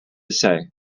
say